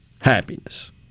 happiness